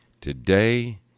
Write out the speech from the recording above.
Today